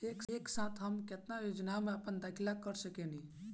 एक साथ हम केतना योजनाओ में अपना दाखिला कर सकेनी?